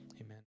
Amen